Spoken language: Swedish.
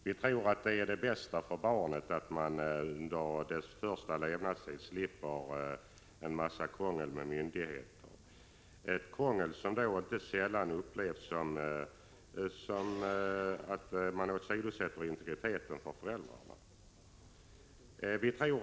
Vi tror att det är det bästa för barnet att det under sin första levnadstid slipper en massa krångel med myndigheterna, ett krångel som inte sällan upplevs som att föräldrarnas integritet åsidosätts.